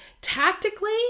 Tactically